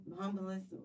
humblest